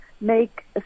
make